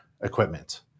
equipment